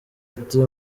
ati